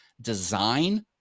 design